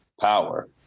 power